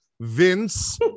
Vince